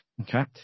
okay